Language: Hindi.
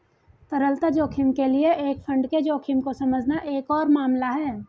तरलता जोखिम के लिए एक फंड के जोखिम को समझना एक और मामला है